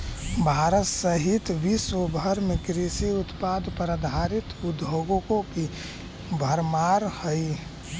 भारत सहित विश्व भर में कृषि उत्पाद पर आधारित उद्योगों की भरमार हई